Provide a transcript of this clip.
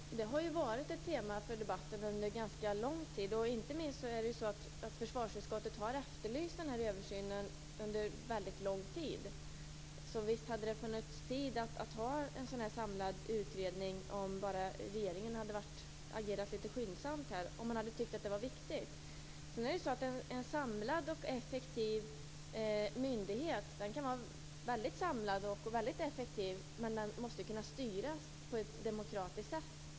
Herr talman! Det har ju varit ett tema för debatter under ganska lång tid. Inte minst försvarsutskottet har efterlyst en översyn under väldigt lång tid. Så visst hade det funnits tid att göra en samlad utredning, om bara regeringen hade agerat litet skyndsamt och tyckt att det var viktigt. En samlad och effektiv myndighet måste kunna styras på ett demokratiskt sätt.